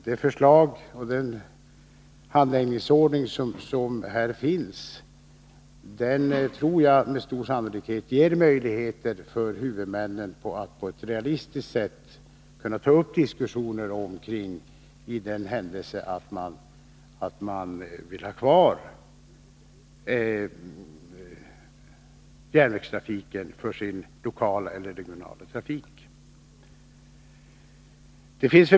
Det förslag till handläggningsordning som här finns tror jag ger huvudmännen möjlighet att på ett realistiskt sätt ta upp diskussioner för den händelse man vill ha kvar järnvägen för sin lokala eller regionala trafik.